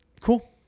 Cool